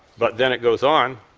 but then it goes on,